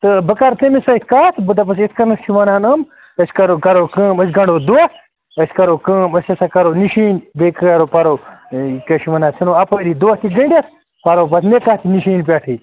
تہٕ بہٕ کَرٕ تٔمِس سۭتۍ کَتھ بہٕ دَپَس یِتھ کٔنَتھ چھِ وَنان یِم أسۍ کَرو کَرو کٲم أسۍ گنٛڈو دۄہ أسۍ کَرو کٲم أسۍ ہسا کَرو نِشٲنۍ بیٚیہِ کَرو پَرو کیٛاہ چھِ وَنان اَتھ أسۍ ژھٕنو اَپٲری دۄہ تہِ گٔنٛڈِتھ پَرو پَتہٕ نِکاح تہِ نِشٲنۍ پٮ۪ٹھٕے